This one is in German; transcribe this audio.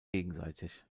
gegenseitig